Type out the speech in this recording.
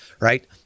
right